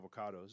avocados